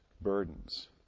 burdens